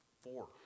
four